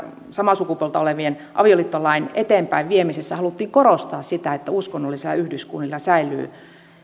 samaa sukupuolta olevien avioliittolain eteenpäinviemisessä haluttiin korostaa sitä että uskonnollisilla yhdyskunnilla säilyy